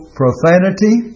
profanity